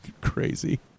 crazy